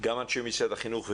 גם אנשי משרד החינוך,